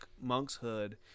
monkshood